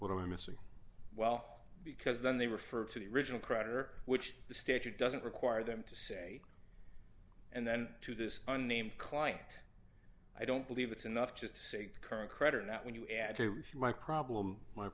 what i'm missing well because then they refer to the original creditor which the statute doesn't require them to say and then to this unnamed client i don't believe it's enough just to say current credit and that when you add to my problem my